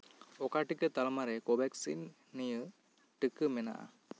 ᱚᱠᱟ ᱴᱤᱠᱟᱹ ᱛᱟᱞᱢᱟ ᱨᱮ ᱠᱳᱵᱷᱮᱠᱥᱤᱱ ᱱᱤᱭᱟᱹ ᱴᱤᱠᱟᱹ ᱢᱮᱱᱟᱜᱼᱟ